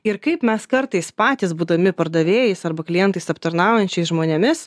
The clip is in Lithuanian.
ir kaip mes kartais patys būdami pardavėjais arba klientais aptarnaujančiais žmonėmis